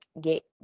get